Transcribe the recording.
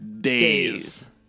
days